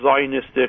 Zionistic